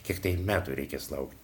kiek tai metų reikės laukti